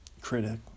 critic